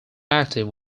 active